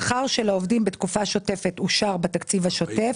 שכר העובדים בתקופה השוטפת אושר בתקציב השוטף